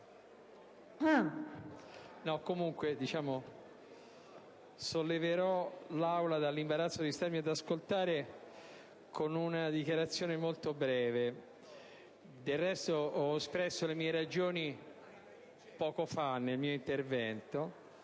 Signora Presidente, solleverò l'Aula dall'imbarazzo di starmi ad ascoltare con una dichiarazione di voto molto breve. Del resto, ho espresso le mie ragioni poco fa nell'intervento